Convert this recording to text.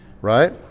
Right